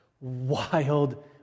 wild